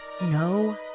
no